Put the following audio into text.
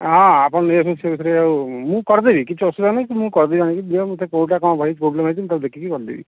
ହଁ ଆପଣ ନେଇ ଆସନ୍ତୁ ସେ ବିଷୟରେ ଆଉ ମୁଁ କରିଦେବି କିଛି ଅସୁବିଧା ନାଇଁ ମୁଁ କରିଦେବି ଆଣିକି ଦିଅ ମୋତେ କେଉଁଟା କ'ଣ ପ୍ରୋବ୍ଲେମ୍ ହେଇଛି ମୁଁ ତାକୁ ଦେଖିକି କରିଦେବି